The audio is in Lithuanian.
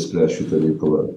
spręst šitą reikalą